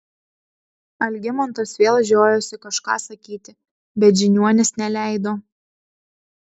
algimantas vėl žiojosi kažką sakyti bet žiniuonis neleido